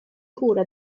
cura